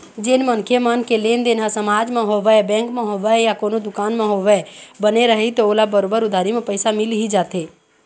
जेन मनखे मन के लेनदेन ह समाज म होवय, बेंक म होवय या कोनो दुकान म होवय, बने रइही त ओला बरोबर उधारी म पइसा मिल ही जाथे